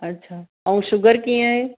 अच्छा ऐं शुगर कीअं आहे